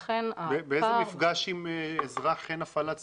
באיזה מפגש עם אזרח אין הפעלת סמכויות?